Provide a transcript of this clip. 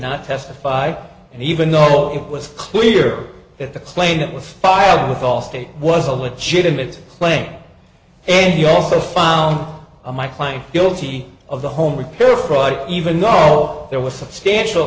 not testify and even though it was clear that the claim that was filed with allstate was a legitimate claim and you also found my client guilty of the home repair fraud even though there was substantial